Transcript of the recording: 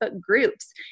groups